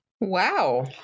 Wow